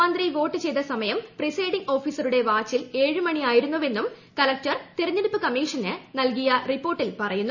മന്ത്രി വോട്ട് ചെയ്ത സമയം പ്രിസൈഡിങ് ഓഫിസറുടെ വാച്ചിൽ ഏഴു മണിയായിരുന്നുവെന്നും കലക്ടർ തിരഞ്ഞെടുപ്പ് കമ്മിഷന് നൽകിയ റിപ്പോർട്ടിൽ പറയുന്നു